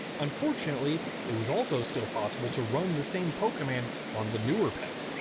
unfortunately, it was also still possible to run the same poke command on the newer pets,